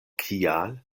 kial